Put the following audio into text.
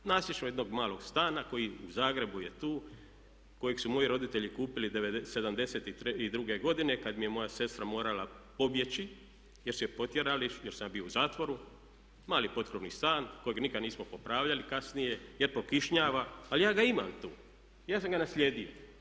Nasljedstvo jednog malog stana koji u Zagrebu je tu, kojeg su moji roditelji kupili '72. godine kad mi je moja sestra morala pobjeći jer su je potjerali, jer sam ja bio u zatvoru, mali potkrovni stan kojeg nikad nismo popravljali kasnije jer prokišnjava ali ja ga imam tu, ja sam ga naslijedio.